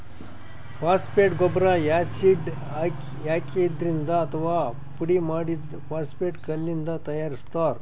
phosphate ಗೊಬ್ಬರ್ acid ಹಾಕಿದ್ರಿಂದ್ ಅಥವಾ ಪುಡಿಮಾಡಿದ್ದ್ ಫಾಸ್ಫೇಟ್ ಕಲ್ಲಿಂದ್ ತಯಾರಿಸ್ತಾರ್